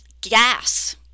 gas